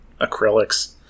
acrylics